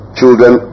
children